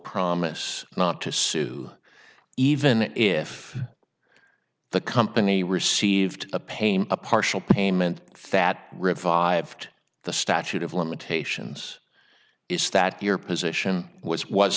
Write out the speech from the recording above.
promise not to sue even if the company received a pain a partial payment fat revived the statute of limitations is that your position w